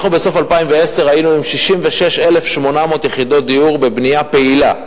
בסוף 2010 היינו עם 66,800 יחידות דיור בבנייה פעילה,